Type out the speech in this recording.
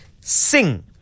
Sing